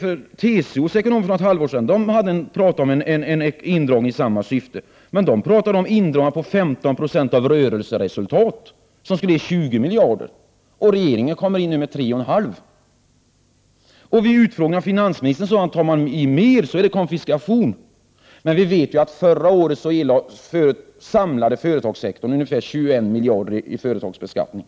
För ett halvår sedan föreslog några TCO-ekonomer en indragning i samma syfte. De talade då om en indragning med 15 96 av rörelseresultatet, vilket skulle ge ca 20 miljarder kronor. Regeringen föreslår nu en indragning på 3,5 miljard kronor. Vid utfrågning av finansministern sade han att ett högre uttag vore konfiskation. Förra året erlade emellertid den samlade företagssektorn ungefär 21 miljarder kronor till företagsbeskattning.